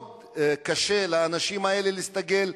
מאוד קשה לאנשים האלה להסתגל,